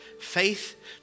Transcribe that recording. Faith